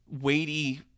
weighty